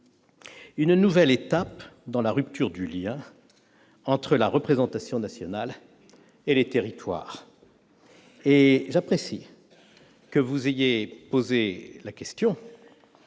une nouvelle étape dans la rupture du lien entre la représentation nationale et les territoires. J'apprécie la manière dont vous avez abordé la question,